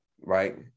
Right